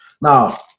Now